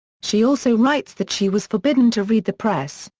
she also writes that she was forbidden to read the press,